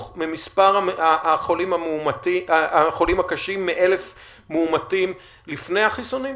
ממספר החולים הקשים מ-1,000 מאומתים לפני החיסונים?